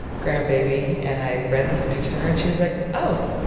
grandbaby? and i read the speech to her, and she was like, oh,